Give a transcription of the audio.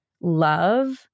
love